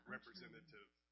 Representative